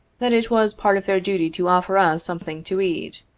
that it was part of their duty to offer us something to eat.